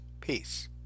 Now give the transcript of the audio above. Peace